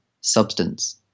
substance